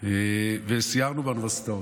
וסיירנו באוניברסיטאות,